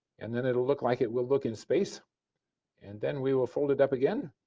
and then it will look like it will look in space and then we will fold it up again,